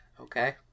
Okay